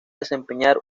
desempeñar